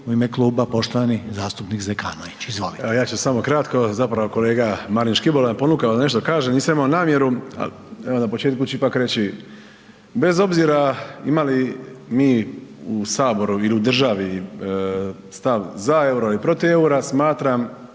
u ime kluba poštovani zastupnik Zekanović. Izvolite. **Zekanović, Hrvoje (HRAST)** Evo ja ću samo kratko. Zapravo me kolega Marin Škibola ponukao da nešto kažem. Nisam imao namjeru. Ali evo na početku ću ipak reći. Bez obzira imali mi u Saboru ili u državi stav za euro ili protiv eura smatram,